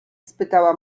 spytała